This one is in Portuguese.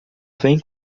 vem